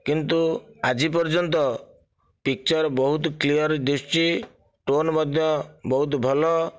କିନ୍ତୁ ଆଜି ପର୍ଯ୍ୟନ୍ତ ପିକ୍ଚର ବହୁତ କ୍ଳିଅର ଦିଶୁଛି ଟୋନ ମଧ୍ୟ ବହୁତ ଭଲ